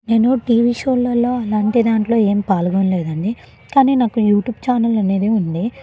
నేను టీవీ షోలల్లో అలాంటి దాంట్లో ఏం పాల్గొనలేదని కానీ నాకు యూట్యూబ్ ఛానల్ అనేది ఉంది